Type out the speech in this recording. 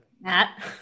Matt